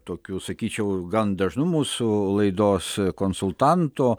tokiu sakyčiau gan dažnu mūsų laidos konsultantu